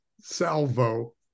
salvo